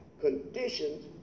conditions